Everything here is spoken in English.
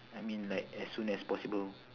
I mean like as soon as possible